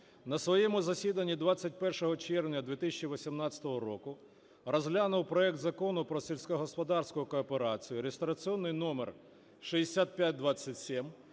на своєму засіданні 21 червня 2018 року розглянув проект Закону про сільськогосподарську кооперацію (реєстраційний номер 6527)